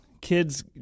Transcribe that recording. kids